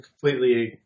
completely